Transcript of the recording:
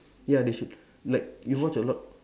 ya they should like you watch a lot